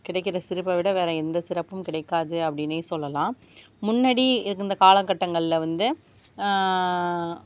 கிடைக்கிற சிறப்பை விட வேறு எந்த சிறப்பும் கிடைக்காது அப்படின்னே சொல்லலாம் முன்னாடி இருந்த காலகட்டங்களில் வந்து